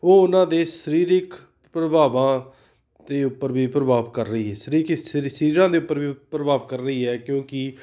ਉਹ ਉਹਨਾਂ ਦੇ ਸਰੀਰਿਕ ਪ੍ਰਭਾਵਾਂ ਦੇ ਉੱਪਰ ਵੀ ਪ੍ਰਭਾਵ ਕਰ ਰਹੀ ਹੈ ਸਰੀਰਾਂ ਦੇ ਉੱਪਰ ਵੀ ਪ੍ਰਭਾਵ ਕਰ ਰਹੀ ਹੈ ਕਿਉਂਕਿ